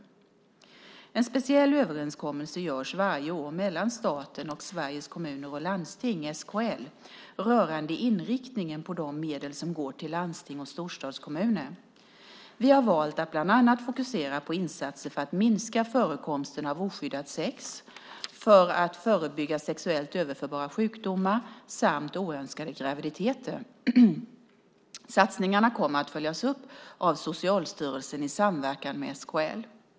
En speciell överenskommelse görs varje år mellan staten och Sveriges Kommuner och Landsting, SKL, rörande inriktningen på de medel som går till landsting och storstadskommuner. Vi har valt att bland annat fokusera på insatser för att minska förekomsten av oskyddat sex, för att förebygga sexuellt överförbara sjukdomar samt oönskade graviditeter. Satsningarna kommer att följas upp av Socialstyrelsen i samverkan med SKL.